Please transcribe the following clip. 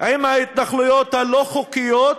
עם ההתנחלויות הלא-חוקיות.